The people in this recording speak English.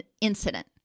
incident